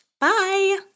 bye